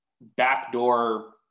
backdoor